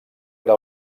era